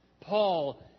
Paul